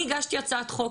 אני הגשתי הצעת חוק,